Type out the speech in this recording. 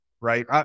right